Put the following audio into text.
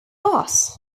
boss